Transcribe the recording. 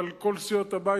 אבל כל סיעות הבית.